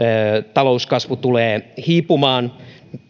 talouskasvu tulee hiipumaan